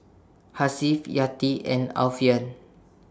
Hasif Yati and Alfian